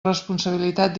responsabilitat